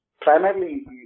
primarily